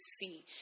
see